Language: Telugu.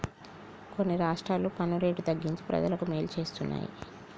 కొన్ని రాష్ట్రాలు పన్ను రేటు తగ్గించి ప్రజలకు మేలు చేస్తున్నాయి